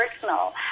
personal